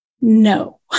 no